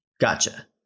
Gotcha